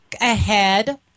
ahead